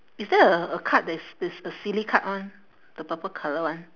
is there a a card that is that's a silly card [one] the purple colour [one]